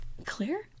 Clear